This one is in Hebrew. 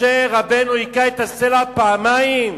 משה רבנו הכה את הסלע פעמיים: